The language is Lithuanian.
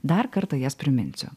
dar kartą jas priminsiu